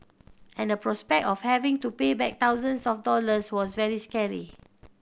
and the prospect of having to pay back thousands of dollars was very scary